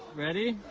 ready?